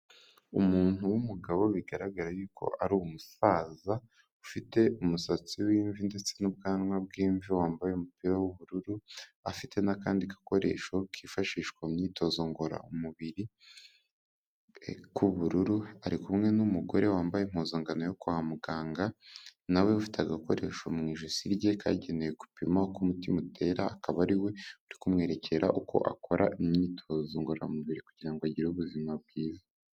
Umuntu w'umugabo bigaraga yuko ari umusaza ufite umusatsi w'imvi ndetse n'ubwanwa bwi'imvi wambaye umupira w'ubururu, afite n'akandi gakoresho kifashishwa mu myitozo ngororamubiri k'ubururu ari kumwe n'umugore wambaye impuzankano yo kwa muganga nawe ufite agakoresho mu ijosi rye kagenewe gupima k'umutima utera akaba ari we uri kumwerekera uko akora imyitozo ngororamubiri kugira ngo agire ubuzima bwiza.